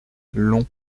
long